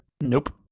Nope